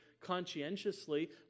conscientiously